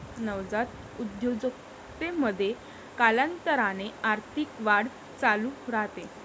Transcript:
नवजात उद्योजकतेमध्ये, कालांतराने आर्थिक वाढ चालू राहते